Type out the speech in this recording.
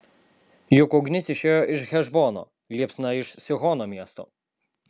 juk ugnis išėjo iš hešbono liepsna iš sihono miesto